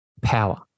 power